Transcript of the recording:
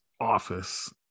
office